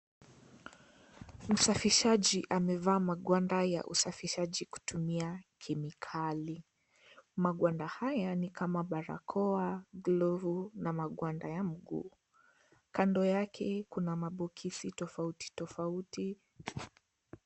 Msafishaji amevaa magwanda ya usafishaji kutumia kemikali. Magwanda haya ni kama barakoa, glovu na magwanda ya mguu. Kando yake kuna mapokezi tofauti tofauti.